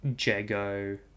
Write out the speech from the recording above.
Jago